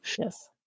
Yes